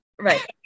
Right